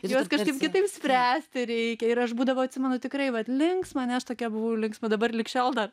ir juos kažkaip kitaip spręsti reikia ir aš būdavo atsimenu tikrai vat linksma ane aš tokia buvau linksma dabar lig šiol dar